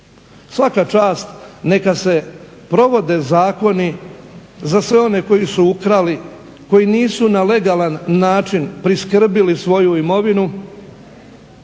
Svaka čast neka se provode zakloni za sve one koji su ukrali, koji nisu na legalan način priskrbili svoju imovinu.